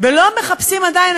ולא מחפשים עדיין,